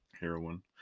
Heroin